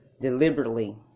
deliberately